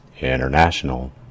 International